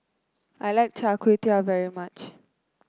I like Char Kway Teow very much